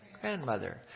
grandmother